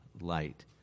light